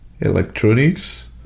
electronics